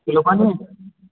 तो लगवाना है सर